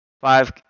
five